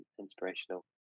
inspirational